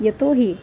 यतो हि